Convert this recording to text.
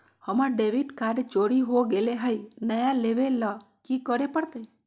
हमर debit card चोरी हो गेले हई, नया लेवे ल की करे पड़तई?